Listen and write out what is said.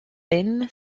thin